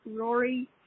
Rory